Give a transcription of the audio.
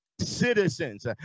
citizens